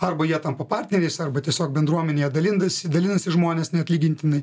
arba jie tampa partneriais arba tiesiog bendruomenėje dalindasi dalinasi žmonės neatlygintinai